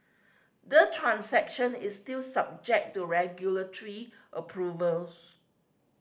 the transaction is still subject to regulatory approvals